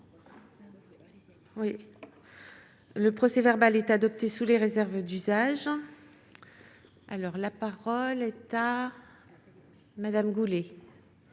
Le procès-verbal est adopté sous les réserves d'usage. La parole est à Mme Nathalie Goulet.